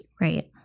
Right